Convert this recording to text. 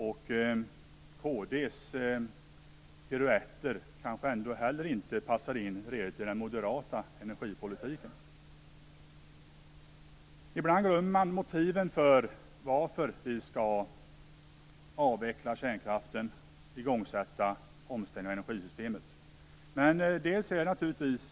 Kd:s piruetter kanske inte passar in riktigt i den moderata energipolitiken. Ibland glömmer man motiven till att vi skall avveckla kärnkraften och sätta i gång med omställningen av energisystemet.